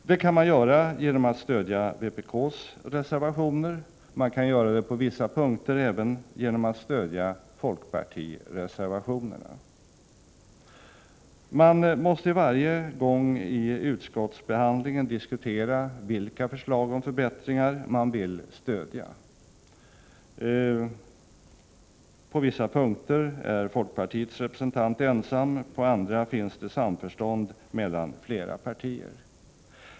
Detta kan man göra genom att stödja vpk:s reservationer. Man kan även på vissa punkter göra det genom att stödja folkpartireservationerna. Man måste varje gång i utskottsbehandlingen diskutera vilka förslag till förbättringar man vill stödja. När det gäller vissa punkter är folkpartiets representant ensam, på andra råder samförstånd mellan flera partier.